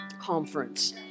conference